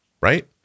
right